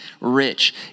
rich